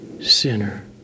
sinner